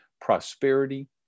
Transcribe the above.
prosperity